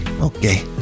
okay